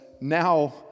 now